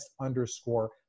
underscore